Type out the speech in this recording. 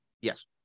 Yes